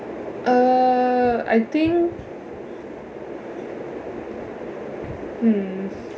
uh I think hmm